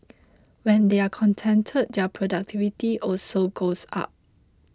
when they are contented their productivity also goes up